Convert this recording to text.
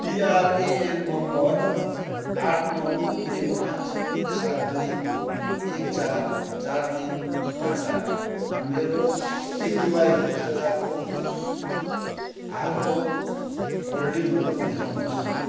PRAN number आठ नौ तिन पाँच सात दुई एक चार चार तिन पाँच आठमा मेरो एपिवाई खाताको हालको होल्डिङहरू देखाउनुहोस्